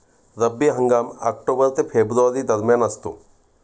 रब्बी हंगाम ऑक्टोबर ते फेब्रुवारी दरम्यान असतो